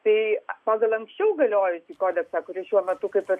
tai pagal anksčiau galiojusį kodeksą kuris šiuo metu kaip ir